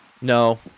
No